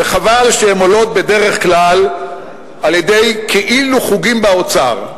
וחבל שהן עולות בדרך כלל על-ידי "כאילו" חוגים באוצר,